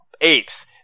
apes